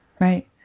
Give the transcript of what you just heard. Right